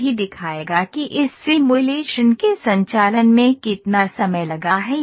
यह भी दिखाएगा कि इस सिमुलेशन के संचालन में कितना समय लगा है